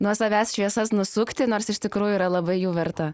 nuo savęs šviesas nusukti nors iš tikrųjų yra labai jų verta